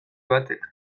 batek